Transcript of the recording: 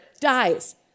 dies